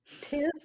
Tis